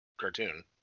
cartoon